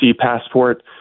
passport